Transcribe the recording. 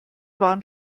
waren